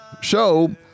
show